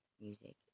Music